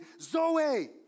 Zoe